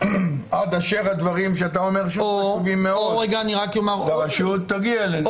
עד אשר הדברים שאתה אומר שהם חשובים מאוד ברשות יגיעו אלינו?